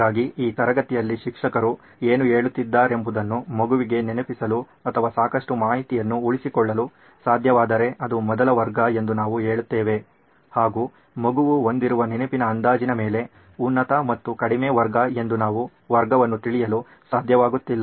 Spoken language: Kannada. ಹಾಗಾಗಿ ಈ ತರಗತಿಯಲ್ಲಿ ಶಿಕ್ಷಕರು ಏನು ಹೇಳುತ್ತಿದ್ದಾರೆಂಬುದನ್ನು ಮಗುವಿಗೆ ನೆನಪಿಸಲು ಅಥವಾ ಸಾಕಷ್ಟು ಮಾಹಿತಿಯನ್ನು ಉಳಿಸಿಕೊಳ್ಳಲು ಸಾಧ್ಯವಾದರೆ ಅದು ಮೊದಲ ವರ್ಗ ಎಂದು ನಾವು ಹೇಳುತ್ತೇವೆ ಹಾಗೂ ಮಗುವು ಹೊಂದಿರುವ ನೆನಪಿನ ಅಂದಾಜಿನ ಮೇಲೆ ಉನ್ನತ ಮತ್ತು ಕಡಿಮೆ ವರ್ಗ ಎಂದು ನಾವು ವರ್ಗವನ್ನು ತಿಳಿಯಲು ಸಾಧ್ಯವಾಗುತ್ತಿಲ್ಲ